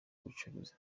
gucuruza